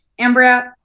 Ambria